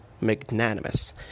magnanimous